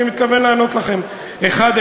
ואני מתכוון לענות לכם אחד-אחד,